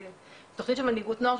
שזו תכנית של מנהיגות נוער,